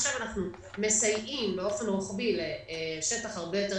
עכשיו אנחנו מסייעים באופן רוחבי לשטח גדול הרבה יותר